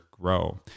grow